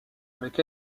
avec